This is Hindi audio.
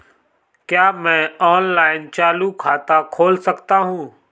क्या मैं ऑनलाइन चालू खाता खोल सकता हूँ?